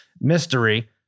mystery